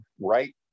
right